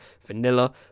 vanilla